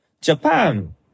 Japan